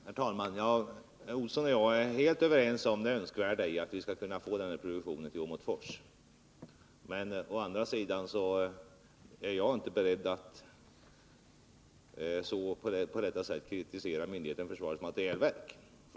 Herr talman! Herr Olsson och jag är helt överens om det önskvärda i att få till stånd en produktion av detta slag i Åmotfors. Å andra sidan är jag inte beredd att på det sätt som här skett kritisera myndigheten, försvarets materielverk.